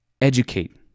Educate